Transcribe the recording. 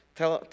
tell